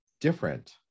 different